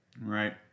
Right